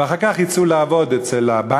ואחר כך יצאו לעבוד בבנקים,